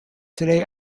today